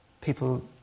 people